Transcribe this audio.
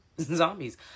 zombies